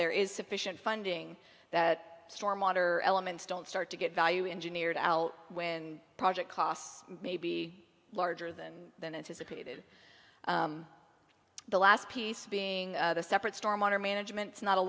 there is sufficient funding that storm water elements don't start to get value engineered out when project costs may be larger than than anticipated the last piece being a separate storm water management is not a